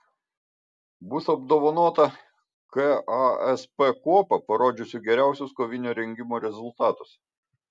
bus apdovanota kasp kuopa parodžiusi geriausius kovinio rengimo rezultatus